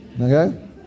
okay